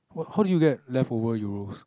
wha~ how do you get leftover euros